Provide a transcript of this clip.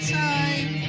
time